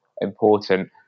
important